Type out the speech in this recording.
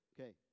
Okay